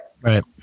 Right